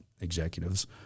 executives